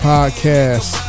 Podcast